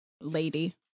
lady